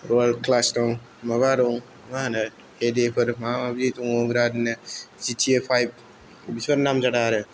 रयेल class दं माबा दं मा होनो एदिएफोर माबा माबि दङ बिरातनो जि टि ए फाइभ बिसोर नामजादा आरो